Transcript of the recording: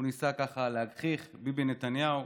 הוא ניסה ככה להגחיך: ביבי נתניהו.